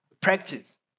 Practice